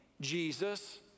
Jesus